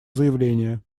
заявление